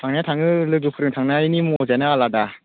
थांनाया थाङो लोगोफोरजों थांनायनि मजायानो आलादा